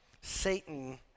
Satan